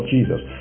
Jesus